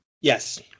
Yes